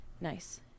Nice